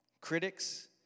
critics